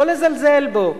לא לזלזל בו.